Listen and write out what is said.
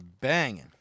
banging